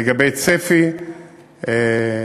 לגבי צפי יכולת